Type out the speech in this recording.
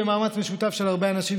במאמץ משותף של הרבה אנשים,